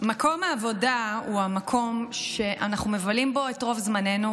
מקום העבודה הוא המקום שאנחנו מבלים בו את רוב זמננו,